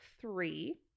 three